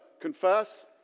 confess